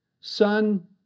son